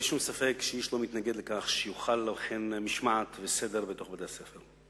אין לי שום ספק שאיש לא מתנגד לכך שיוחלו משמעת וסדר בתוך בתי-הספר.